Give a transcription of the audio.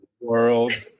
World